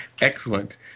Excellent